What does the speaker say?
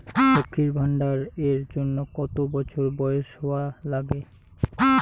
লক্ষী ভান্ডার এর জন্যে কতো বছর বয়স হওয়া লাগে?